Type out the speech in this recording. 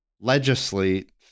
legislate